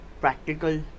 practical